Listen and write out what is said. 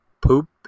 poop